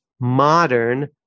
modern